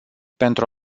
pentru